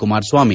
Kumaraswamy